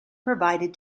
provided